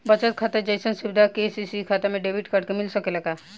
बचत खाता जइसन सुविधा के.सी.सी खाता में डेबिट कार्ड के मिल सकेला का?